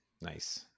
nice